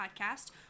Podcast